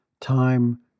time